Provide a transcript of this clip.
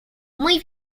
muy